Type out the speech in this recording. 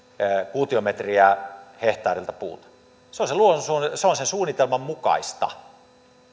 kuutiometriä hehtaarilta puuta se on sen suunnitelman mukaista